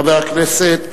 חבר הכנסת